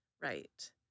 right